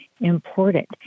important